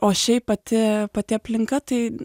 o šiaip pati pati aplinka tai